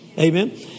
Amen